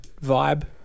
vibe